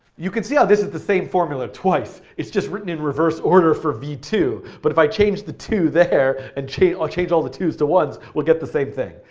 you can see how this is the same formula twice, it's just written in reverse order for v two, but if i change the two there, and change ah change all the twos to ones, we'll get the same thing.